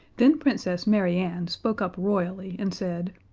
then princess mary ann spoke up royally, and said,